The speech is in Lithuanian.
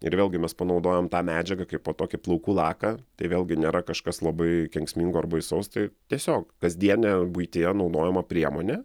ir vėlgi mes panaudojom tą medžiagą kaipo tokį plaukų laką tai vėlgi nėra kažkas labai kenksmingo ar baisaus tai tiesiog kasdienė buityje naudojama priemonė